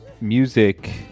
music